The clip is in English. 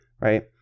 right